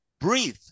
Breathe